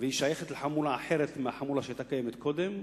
והיא שייכת לחמולה אחרת מהחמולה שהיתה קודם,